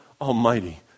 Almighty